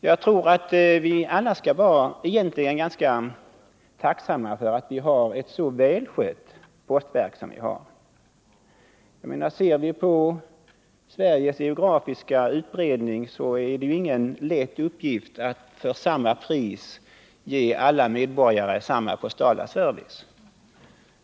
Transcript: Jag tror att vi alla egentligen bör vara ganska tacksamma för att vi har ett så välskött postverk som vi har. Ser vi på Sveriges geografiska utbredning förstår vi att det inte är någon lätt uppgift att för samma pris ge alla medborgare samma postala service.